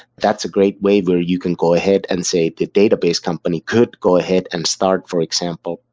that's a great way where you can go ahead and say the database company could go ahead and start, for example,